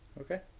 Okay